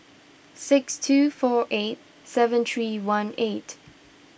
six two four eight seven three one eight